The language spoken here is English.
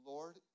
Lord